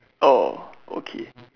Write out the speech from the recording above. orh okay